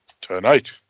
tonight